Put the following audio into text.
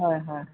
হয় হয়